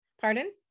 pardon